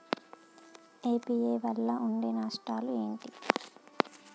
UPI వల్ల ఉండే నష్టాలు ఏంటి??